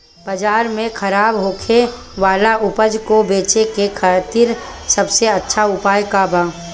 बाजार में खराब होखे वाला उपज को बेचे के खातिर सबसे अच्छा उपाय का बा?